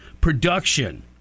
production